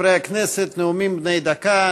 חברי הכנסת, נאומים בני דקה.